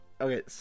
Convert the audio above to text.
okay